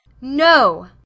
No